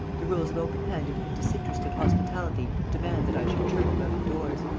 the rules of open-handed and disinterested hospitality demand that i should turn you out of doors.